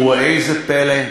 וראה זה פלא,